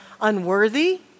unworthy